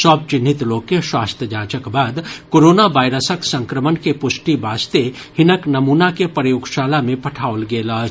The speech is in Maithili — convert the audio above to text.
सभ चिन्हित लोक के स्वास्थ्य जांचक बाद कोरोना वायरसक संक्रमण के प्रष्टि वास्ते हिनक नमूना के प्रयोगशाला मे पठाओल गेल अछि